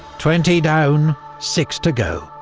twenty down, six to go.